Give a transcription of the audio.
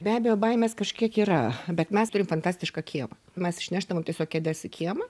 be abejo baimės kažkiek yra bet mes turim fantastišką kiemą mes išnešdavom tiesiog kėdes į kiemą